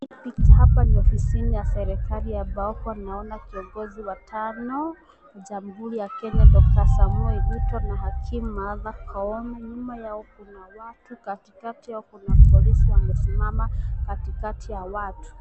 Hapa ni ofisini ya serikali ambapo naona kiongozi wa tano wa jamhuri ya Kenya Dr. Samoei Ruto na hakimu Martha Koome. Nyuma yao kuna watu, katika yao kuna polisi wamesimama katikati ya watu.